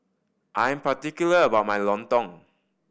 I'm particular about my lontong